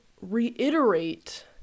reiterate